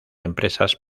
empresas